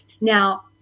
Now